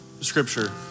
Scripture